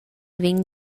vegn